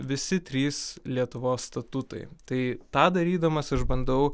visi trys lietuvos statutai tai tą darydamas aš bandau